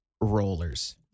rollers